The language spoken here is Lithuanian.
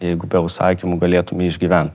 jeigu be užsakymų galėtume išgyvent